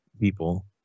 people